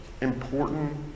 important